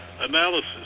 analysis